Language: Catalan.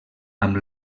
amb